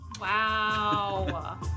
Wow